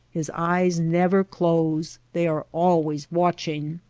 his eyes never close they are always watching.